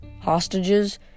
Hostages